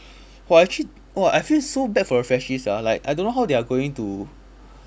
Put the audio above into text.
!wah! actually !wah! I feel so bad for the freshies ah like I don't know how they are going to